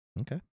Okay